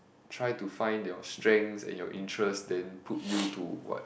try to find your strengths and your interest then put you to what